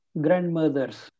grandmothers